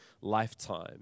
lifetime